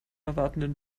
erwartenden